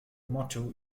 motto